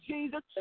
Jesus